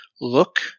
look